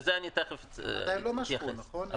עדיין לא משכו, נכון?